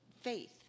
faith